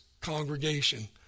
congregation